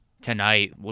tonight